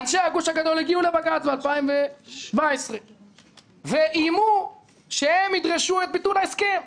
אנשי הגוש הגדול הגיעו לבג"ץ ב-2017 ואיימו שהם ידרשו את ביטול ההסכם.